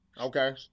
okay